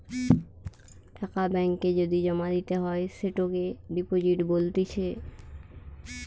টাকা ব্যাঙ্ক এ যদি জমা দিতে হয় সেটোকে ডিপোজিট বলতিছে